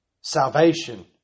Salvation